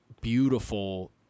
beautiful